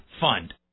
fund